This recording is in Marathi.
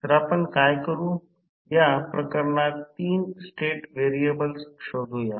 तर आपण काय करू या प्रकरणात 3 स्टेट व्हेरिएबल्स शोधूया